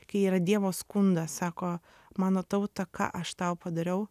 kai yra dievo skundas sako mano tauta ką aš tau padariau